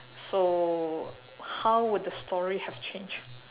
so how would the story have changed